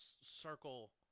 circle